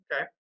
Okay